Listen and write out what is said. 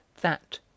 that